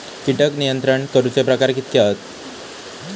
कीटक नियंत्रण करूचे प्रकार कितके हत?